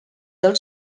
del